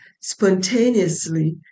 spontaneously